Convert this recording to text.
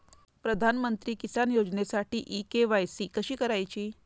प्रधानमंत्री किसान योजनेसाठी e KYC कशी करायची?